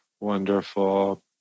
Wonderful